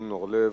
זבולון אורלב.